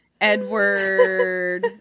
Edward